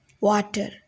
water